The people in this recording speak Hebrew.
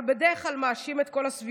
אבל בדרך כלל מאשים את כל הסביבה,